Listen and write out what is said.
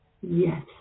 Yes